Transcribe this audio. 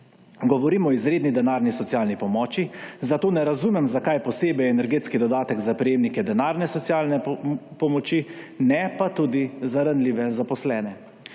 Govorim o izredni denarni socialni pomoči, zato ne razumem, zakaj je posebej energetski dodatek za prejemnike denarne socialne pomoči, ne pa tudi za ranljive zaposlene.